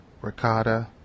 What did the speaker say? ricotta